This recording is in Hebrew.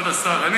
כבוד השר,